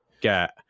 get